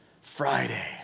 Friday